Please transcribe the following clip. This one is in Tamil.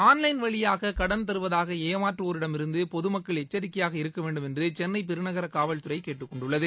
ஆள்லைன் வழியாக கடன் தருவதாக ஏமாற்றுவோருவரிடமிருந்து பொதுமக்கள் எச்சரிக்கையாக இருக்க வேண்டும் என்று சென்னை பெருநகர காவல்துறை கேட்டுக் கொண்டுள்ளது